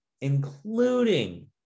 including